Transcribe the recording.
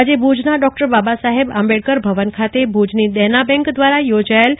આજે ભુજના ડોબાબાસાહેબ આંબેડકર ભવન ખાતે ભુજની દેનાબેંક દ્વારા થોજાયેલા